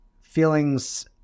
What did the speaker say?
Feelings